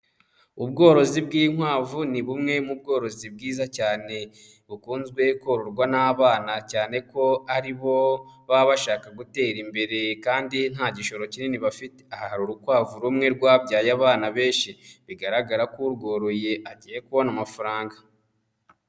Ubworozi bw'inkwavu, ni bumwe, mu bworozi bwiza cyane. Bukunzwe kororwa n'abana cyane ko, aribo, baba bashaka gutera imbere. kandi, nta gishoro kinini bafite. Aha hari urukwavu rumwe rwabyaye abana benshi. Bigaragara ko urworoye, agiye kubona amafaranga.